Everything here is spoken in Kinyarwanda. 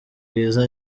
bwiza